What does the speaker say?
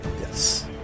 Yes